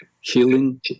healing